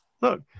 look